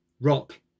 rock